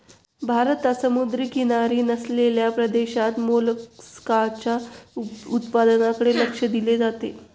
भारतात समुद्रकिनारी नसलेल्या प्रदेशात मोलस्काच्या उत्पादनाकडे लक्ष दिले जाते